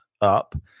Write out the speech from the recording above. up